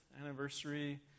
anniversary